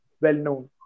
well-known